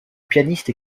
pianiste